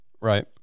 Right